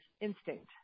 instinct